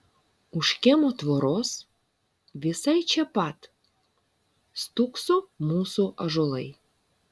už kiemo tvoros visai čia pat stūkso mūsų ąžuolai